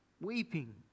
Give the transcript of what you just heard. Weeping